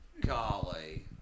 Golly